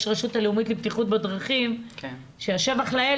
יש רשות לאומית לבטיחות בדרכים שהשבח לאל,